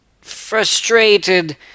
frustrated